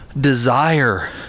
desire